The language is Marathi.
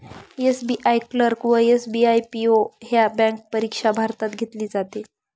एस.बी.आई क्लर्क व एस.बी.आई पी.ओ ह्या बँक परीक्षा भारतात घेतली जाते